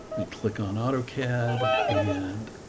they click on autocad and